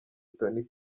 toni